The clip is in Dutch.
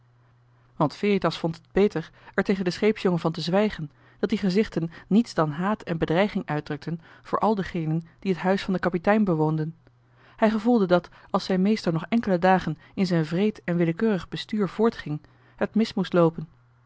want veritas vond het beter er tegen den scheepsjongen van te zwijgen dat die gezichten niets dan haat en bedreiging uitdrukten voor al degenen die het huis van den kapitein bewoonden hij gevoelde dat als zijn meester nog enkele dagen in zijn wreed en willekeurig bestuur voortging het mis moest loopen